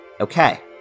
okay